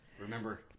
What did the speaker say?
Remember